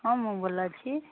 ହଁ ମୁଁ ଭଲ ଅଛି